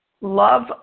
love